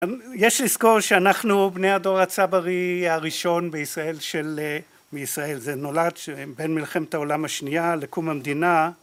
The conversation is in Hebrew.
יש לזכור שאנחנו בני הדור הצברי הראשון בישראל מישראל זה נולד בין מלחמת העולם השנייה לקום המדינה